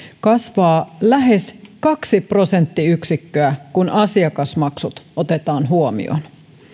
kasvaa lähes kaksi prosenttiyksikköä kun asiakasmaksut otetaan huomioon